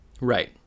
Right